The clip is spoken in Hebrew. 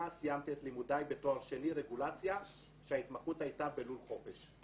סיימתי את לימודיי בתואר שני רגולציה כאשר ההתמחות הייתה בלול חופש.